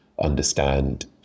understand